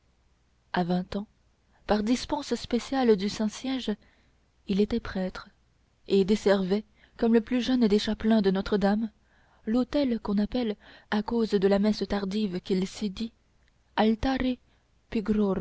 à vingt ans par dispense spéciale du saint-siège il était prêtre et desservait comme le plus jeune des chapelains de notre-dame l'autel qu'on appelle à cause de la messe tardive qui s'y dit altare